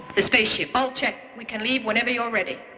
the space ship? all checked. we can leave whenever you're ready.